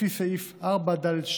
לפי סעיף 4ד(2)(ג)